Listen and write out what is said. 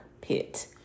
pit